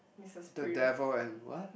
the devil and what